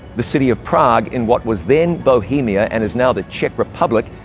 the city of prague, in what was then bohemia and is now the czech republic,